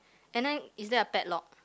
and then is there a padlock